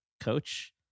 coach